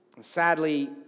Sadly